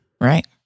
Right